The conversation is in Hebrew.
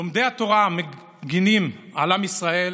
לומדי התורה המגינים על עם ישראל,